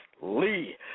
Lee